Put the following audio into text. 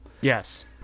yes